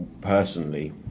personally